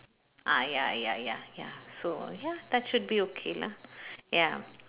ah ya ya ya ya so ya that should be okay lah ya